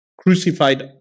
crucified